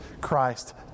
Christ